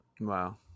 Wow